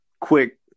quick